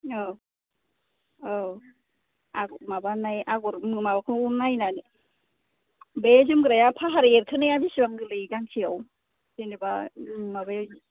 औ औ आगर माबानाय आगर माबाखौ नायनानै बे जोमग्राया फाहार एरखोनाया बेसेबां गोलैयो गांसेयाव जेन'बा माबाया